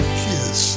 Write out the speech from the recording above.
kiss